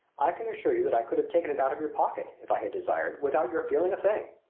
i can assure you that i could have taken it out of your pocket, if i had desired, without your feeling a thing.